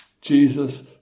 Jesus